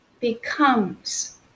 becomes